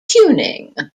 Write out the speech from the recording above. tuning